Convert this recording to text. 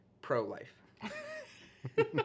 Pro-Life